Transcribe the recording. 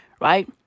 right